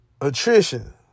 attrition